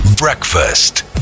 Breakfast